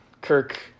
Kirk